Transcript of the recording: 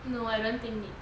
no I don't think need